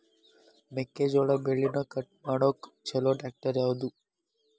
ಮೆಕ್ಕೆ ಜೋಳ ಬೆಳಿನ ಕಟ್ ಮಾಡಾಕ್ ಛಲೋ ಟ್ರ್ಯಾಕ್ಟರ್ ಯಾವ್ದು?